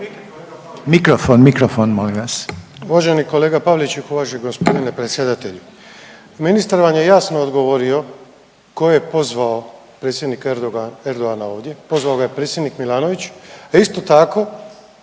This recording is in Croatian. Mikrofon, mikrofon molim vas.